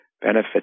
benefit